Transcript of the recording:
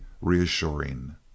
reassuring